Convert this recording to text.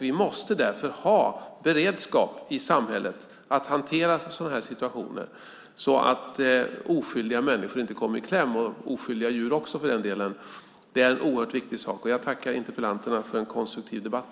Vi måste därför ha beredskap i samhället att hantera sådana situationer så att oskyldiga människor - och djur - inte kommer i kläm. Det är en oerhört viktig sak. Jag tackar interpellanterna för en konstruktiv debatt.